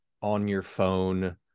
on-your-phone